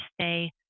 stay